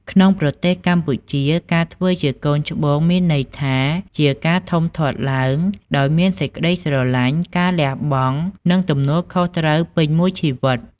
ក្នុងប្រទេសកម្ពុជា ការធ្វើជាកូនច្បងមានន័យថាជាការធំធាត់ឡើងដោយមានសេចក្ដីស្រឡាញ់ ការលះបង់ និងទំនួលខុសត្រូវពេញមួយជីវិត។